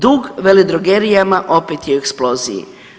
Dug veledrogerijama opet je u eksploziji.